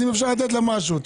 אז אם אפשר לתת לה משהו.